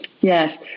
yes